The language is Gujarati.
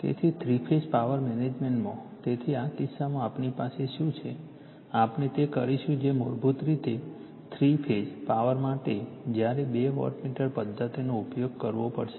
તેથી થ્રી ફેઝ પાવર મેઝરમેન્ટમાં તેથી આ કિસ્સામાં આપણી પાસે શું છે આપણે તે કરીશું જે મૂળભૂત રીતે થ્રી ફેઝ પાવર માટે જ્યારે બે વોટમીટર પદ્ધતિનો ઉપયોગ કરવો પડશે